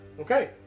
Okay